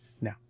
no